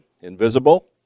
invisible